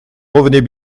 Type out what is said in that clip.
revenez